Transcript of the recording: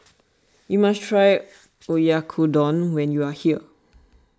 you must try Oyakodon when you are here